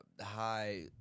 High